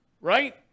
Right